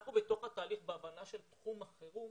אנחנו בתוך התהליך, בהבנה של תחום החירום,